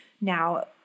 Now